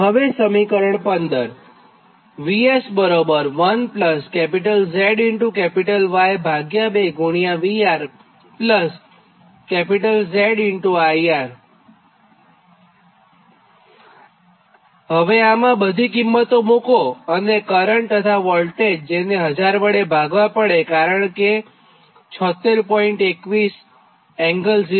હવેસમીકરણ 15 હવેઆમાં બધી કિંમત મૂકો અને આ કરંટ તથા આ વોલ્ટેજ જેને 1000 વડે ભાગવા પડેકારણ કે તે 76